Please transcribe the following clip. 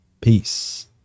Peace